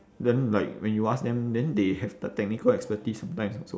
then like when you ask them then they have the technical expertise sometimes also